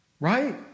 Right